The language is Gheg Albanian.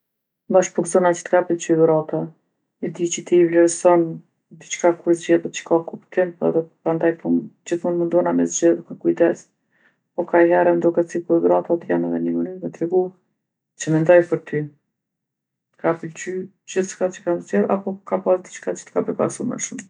Bash po gzohna që t'ka pëlqy dhurata. E di që ti i vlerson diçka kur zgjedhet që ka kuptim po edhe prandaj pom, gjithmonë mundohna me zgjedh me kujdes. Po kajhere m'doket sikur dhuratat janë edhe ni mënyrë me t'tregu që mendoj për ty. T'ka pëlqy gjithcka që kam zgjedhë apo ka pas diçka që t'ka befasu ma shumë?